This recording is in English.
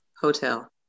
Hotel